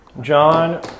John